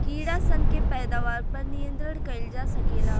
कीड़ा सन के पैदावार पर नियंत्रण कईल जा सकेला